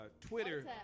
Twitter